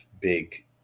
big